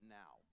now